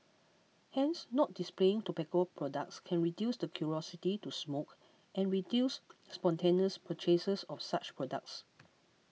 hence not displaying tobacco products can reduce the curiosity to smoke and reduce spontaneous purchases of such products